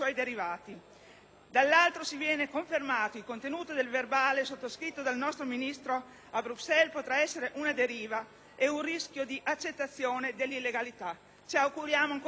dall'altro, se verrà confermato il contenuto del verbale sottoscritto dal nostro Ministro a Bruxelles, potrà essere una deriva e comportare un rischio di accettazione dell'illegalità. Ci auguriamo ancora che non sia così.